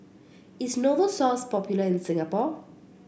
is Novosource popular in Singapore